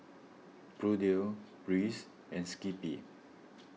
Bluedio Breeze and Skippy